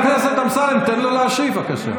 חבר הכנסת אמסלם, תן לו להשיב, בבקשה.